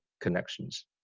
connections